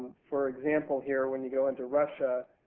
for example here when you go into russia,